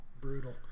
brutal